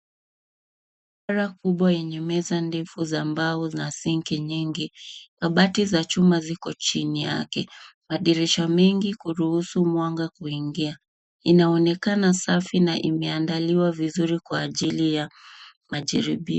Maabara kubwa yenye meza ndefu za mbao na singi nyingi. Kabati za chuma ziko chini yake. Madirisha mengi kuruhusu mwanga kuingia. Inaonekana safi na imeandaliwa vizuri kwa ajili ya majaribio.